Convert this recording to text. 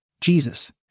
Jesus